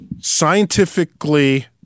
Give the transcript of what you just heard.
scientifically